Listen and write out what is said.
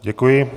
Děkuji.